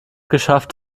geschafft